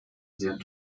sehr